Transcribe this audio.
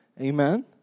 amen